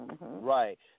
Right